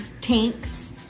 tanks